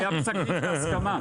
היה פסק דין הסכמה.